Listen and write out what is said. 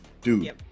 Dude